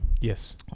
Yes